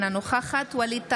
אינה נוכחת ווליד טאהא,